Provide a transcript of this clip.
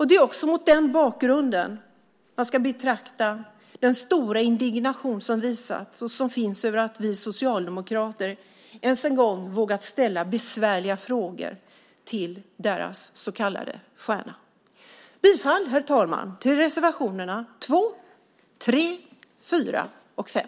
Det är också mot den bakgrunden som man ska betrakta den stora indignation som visats och som finns över att vi socialdemokrater ens en gång vågat ställa besvärliga frågor till deras så kallade stjärna. Jag yrkar, herr talman, på godkännande av anmälan i reservationerna 2, 3, 4 och 5.